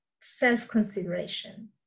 self-consideration